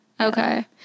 Okay